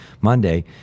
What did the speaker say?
Monday